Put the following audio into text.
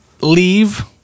leave